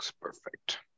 Perfect